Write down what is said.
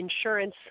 insurance